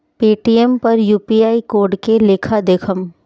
Paytm पर UPI code के लेखा देखम?